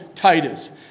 Titus